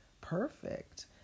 perfect